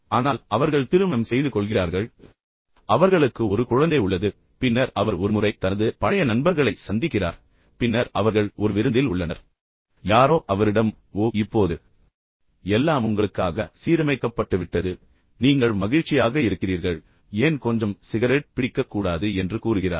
ஆனால் அவர்கள் திருமணம் செய்து கொள்கிறார்கள் அவர்களுக்கு ஒரு குழந்தை உள்ளது பின்னர் அவர் ஒரு முறை தனது பழைய நண்பர்களை சந்திக்கிறார் பின்னர் அவர்கள் ஒரு விருந்தில் உள்ளனர் பின்னர் யாரோ அவரிடம் ஓ இப்போது எல்லாம் உங்களுக்காக சீரமைக்கப்பட்டுவிட்டது நீங்கள் மகிழ்ச்சியாக இருக்கிறீர்கள் ஏன் கொஞ்சம் சிகரெட் பிடிக்கக் கூடாது என்று கூறுகிறார்